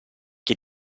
che